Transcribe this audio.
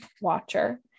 watcher